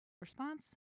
response